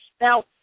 Now